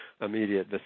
immediate